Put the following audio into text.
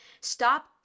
Stop